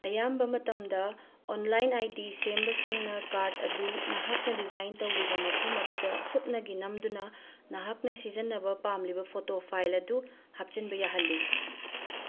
ꯑꯌꯥꯝꯕ ꯃꯇꯝꯗ online ID ꯁꯦꯝꯕꯁꯤꯡꯅ ꯀꯥꯔꯗ ꯑꯗꯨ ꯅꯍꯥꯛꯅ ꯗꯤꯖꯥꯏꯟ ꯇꯧꯔꯤꯕ ꯃꯐꯝ ꯑꯗꯨꯗ ꯁꯨꯞꯅꯒꯤ ꯅꯝꯗꯨꯅ ꯅꯍꯥꯛꯅ ꯁꯤꯖꯤꯟꯅꯕ ꯄꯥꯝꯂꯤꯕ ꯐꯣꯇꯣ ꯐꯥꯏꯜ ꯑꯗꯨ ꯍꯥꯞꯆꯤꯟꯕ ꯌꯥꯍꯜꯂꯤ